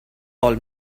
call